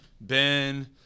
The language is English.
ben